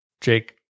Jake